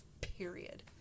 period